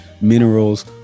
minerals